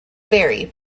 vary